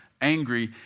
angry